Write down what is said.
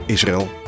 Israël